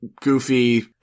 Goofy